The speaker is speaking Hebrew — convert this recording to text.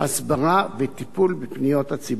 הסברה וטיפול בפניות ציבור.